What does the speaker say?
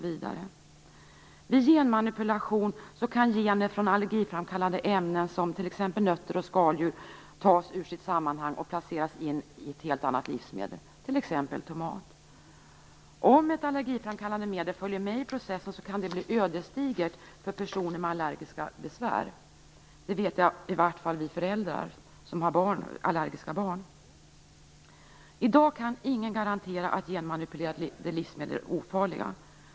Vid genmanipulation kan gener från allergiframkallande ämnen, t.ex. nötter och skaldjur, tas ur sitt sammanhang och placeras i helt andra livsmedel, exempelvis i tomater. Om ett allergiframkallande medel följer med i processen kan det bli ödesdigert för personer med allergiska besvär. Det vet i varje fall vi som är föräldrar till allergiska barn. I dag kan ingen garantera att genmanipulerade livsmedel är ofarliga.